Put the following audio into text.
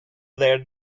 their